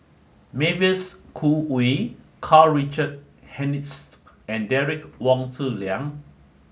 Mavis Khoo Oei Karl Richard Hanitsch and Derek Wong Zi Liang